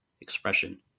expression